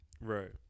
right